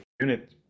unit